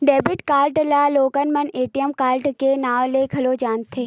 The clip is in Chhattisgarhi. डेबिट कारड ल लोगन मन ए.टी.एम कारड के नांव ले घलो जानथे